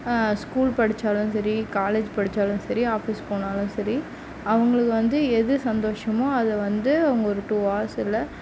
school படித்தாலும் சரி college படித்தாலும் சரி ஆஃபீஸ் போனாலும் சரி அவங்களுக்கு வந்து எது சந்தோஷமோ அதை வந்து அவங்க ஒரு டூ ஹார்ஸ் இல்லை